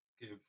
give